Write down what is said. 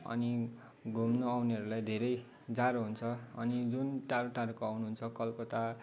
अनि घुम्न आउनेहरूलाई धेरै जाडो हुन्छ अनि जुन टाढो टाढोको आउनुहुन्छ कोलकता